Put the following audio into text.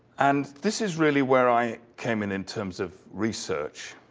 and this is really where i came in in terms of research.